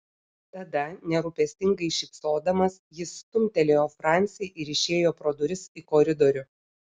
tada nerūpestingai šypsodamas jis stumtelėjo francį ir išėjo pro duris į koridorių